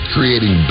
Creating